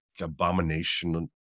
abomination